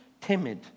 timid